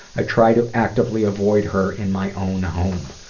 i try to actively avoid her in my own home.